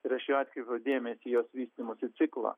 ir aš jau atkreipiau dėmesį į jos vystymosi ciklą